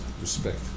respect